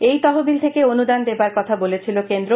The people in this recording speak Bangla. এই তহবিল থেকে অনুদান দেবার কথা বলেছিল কেন্দ্র